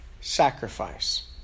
Sacrifice